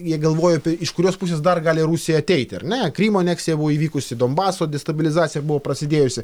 jie galvojo apie iš kurios pusės dar gali rusija ateiti ar ne krymo aneksija buvo įvykusi donbaso destabilizacija buvo prasidėjusi